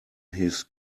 his